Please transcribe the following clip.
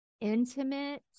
intimate